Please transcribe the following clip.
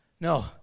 No